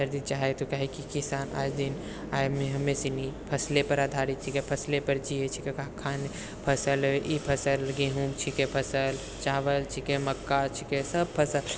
यदि चाहै तो काहेकि किसान आये दिन आयमे हमेसनी फसलेपर आधारित छिकै फसले पर जियै छिकै खान फसल ई फसल गेहूँ छिकै फसल चावल छिकै मक्का छिकै सभ फसल